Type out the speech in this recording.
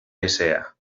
nicea